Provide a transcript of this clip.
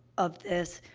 of this,